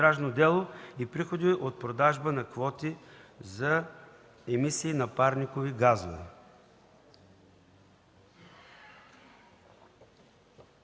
и приходи от продажба на квоти за емисии на парникови газове.